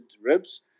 ribs